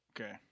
Okay